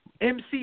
MC